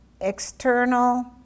external